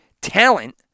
talent